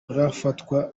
arafatwa